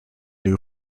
new